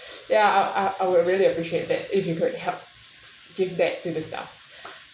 ya I'll I'll I'll really appreciate that if you could help give that to the staff